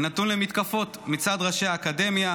אני נתון למתקפות מצד ראשי האקדמיה,